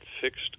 fixed